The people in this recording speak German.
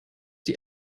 die